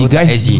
Guys